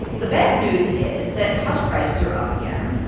the bad news is that house prices are up again,